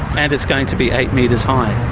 and it's going to be eight metres high.